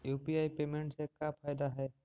UPI payment से का फायदा है?